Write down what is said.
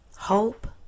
Hope